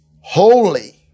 holy